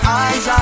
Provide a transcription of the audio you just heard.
eyes